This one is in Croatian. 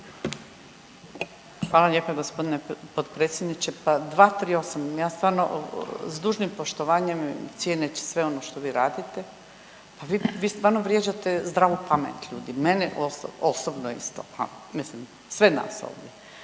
Hvala lijepa gospodine potpredsjedniče. Pa 238., ja stvarno s dužnim poštovanjem cijeneći sve ono što vi radite, vi stvarno vrijeđate zdravu pamet i mene osobno isto, ha mislim sve nas ovdje.